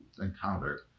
encounter